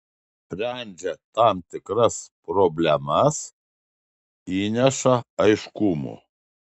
sprendžia tam tikras problemas įneša aiškumo